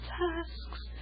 tasks